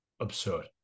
absurd